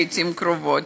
לעתים קרובות,